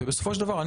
בסופו של דבר,